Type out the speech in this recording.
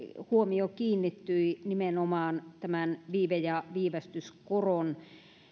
huomio kiinnittyi nimenomaan tähän viive ja viivästyskoron